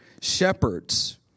shepherds